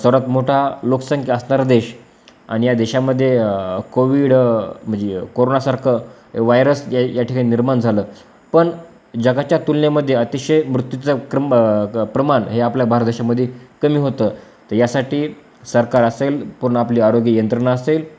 सर्वात मोठा लोकसंख्या असणारा देश आणि या देशामध्ये कोविड म्हणजे कोरोनासारखं व्हायरस या या ठिका निर्माण झालं पण जगाच्या तुलनेमध्ये अतिशय मृत्यूचं क्रम क प्रमाण हे आपल्या भारत देशामध्ये कमी होतं तर यासाठी सरकार असेल पूर्ण आपली आरोग्य यंत्रणा असेल